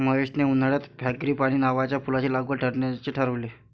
महेशने उन्हाळ्यात फ्रँगीपानी नावाच्या फुलाची लागवड करण्याचे ठरवले